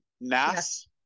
mass